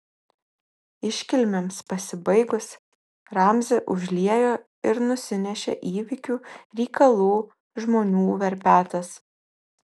iškilmėms pasibaigus ramzį užliejo ir nusinešė įvykių reikalų žmonių verpetas